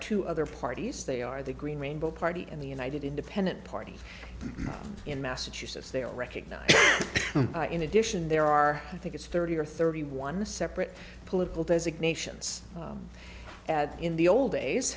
two other parties they are the green rainbow party and the united independent party in massachusetts they are recognizing in addition there are i think it's thirty or thirty one the separate political designations in the old days